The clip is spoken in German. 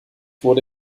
wurde